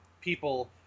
people